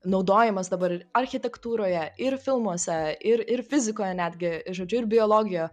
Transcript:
naudojamas dabar architektūroje ir filmuose ir ir fizikoje netgi žodžiu ir biologijoj